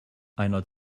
einer